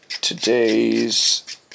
today's